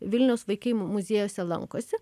vilniaus vaikai muziejuose lankosi